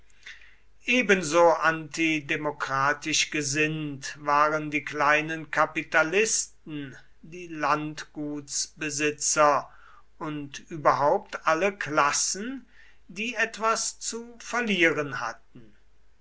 ebenso antidemokratisch gesinnt waren die kleinen kapitalisten die landgutsbesitzer und überhaupt alle klassen die etwas zu verlieren hatten